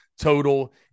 total